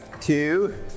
two